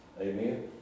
Amen